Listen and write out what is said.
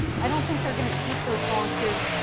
i don't think they're going to keep those volunteers?